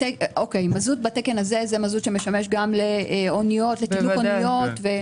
מזוט בתקן הזה משמש גם לתדלוק אוניות?